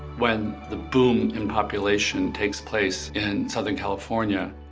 when the boom in population takes place in southern california,